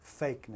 fakeness